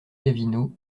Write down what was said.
gavino